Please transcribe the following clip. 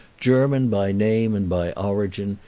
german by name and by origin,